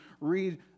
read